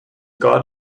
got